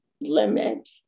limit